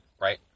right